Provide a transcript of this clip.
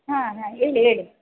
ಹಾಂ ಹಾಂ ಹೇಳಿ ಹೇಳಿ